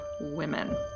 Women